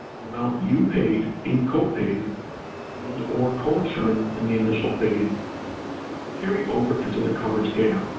the amount you paid in copays and or coinsurance in the initial phase carry over into the coverage gap.